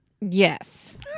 Yes